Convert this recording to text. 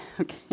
Okay